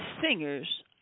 singers